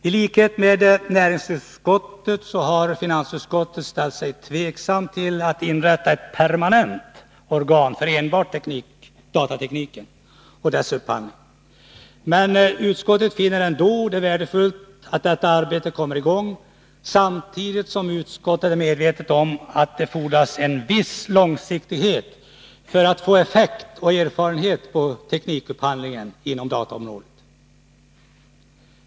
I likhet med näringsutskottet har finansutskottet ställt sig tveksamt till att inrätta ett permanent organ för enbart datateknikupphandling. Men utskottet finner det ändå värdefullt att detta arbete kommer i gång, samtidigt som utskottet är medvetet om att det fordras en viss långsiktighet för att uppnå effekt och vinna erfarenhet i fråga om teknikupphandlingen inom dataområdet.